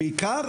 בעיקר,